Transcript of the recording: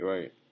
Right